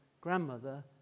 grandmother